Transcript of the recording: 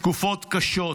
תקופות קשות,